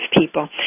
people